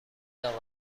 اقا